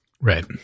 Right